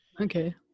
Okay